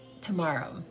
tomorrow